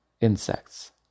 insects